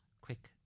quick